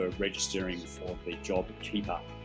ah registering for the jobkeeper